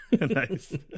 nice